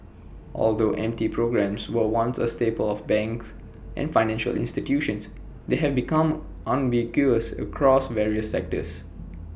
although M T programmes were once A staple of banks and financial institutions they have become ubiquitous across various sectors